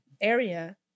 area